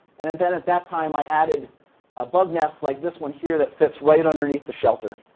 and and then, at that time, i added a bug nest like this one here that fits right underneath the shelter.